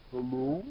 Hello